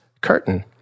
curtain